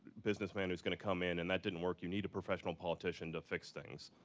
businessman who is going to come in. and that didn't work. you need a professional politician to fix things.